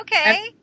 Okay